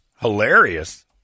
Hilarious